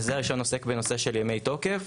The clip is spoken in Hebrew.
ההסדר הראשון עוסק בנושא של ימי תוקף.